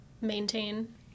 maintain